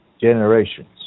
generations